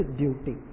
duty